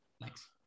Thanks